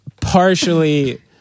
partially